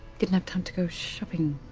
didn't have time to go shopping.